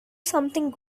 something